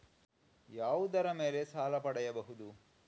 ಯಾವುದರ ಮೇಲೆ ಸಾಲ ಪಡೆಯಬಹುದು?